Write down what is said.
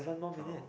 oh